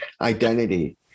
identity